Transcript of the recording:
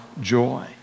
joy